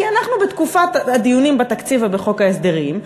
כי אנחנו בתקופת הדיונים בתקציב ובחוק ההסדרים,